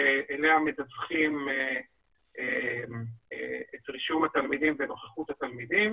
אליה מדווחים את רישום התלמידים ונוכחות התלמידים